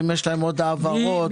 אם יש להם עוד העברות או עודפים.